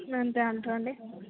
అంతే అంటారా అండి